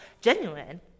genuine